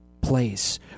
place